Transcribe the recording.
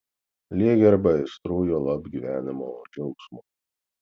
lyg ir be aistrų juolab gyvenimo džiaugsmo